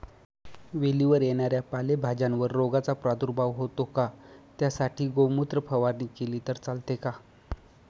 वेलीवर येणाऱ्या पालेभाज्यांवर रोगाचा प्रादुर्भाव होतो का? त्यासाठी गोमूत्र फवारणी केली तर चालते का?